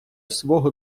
свого